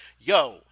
Yo